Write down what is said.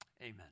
Amen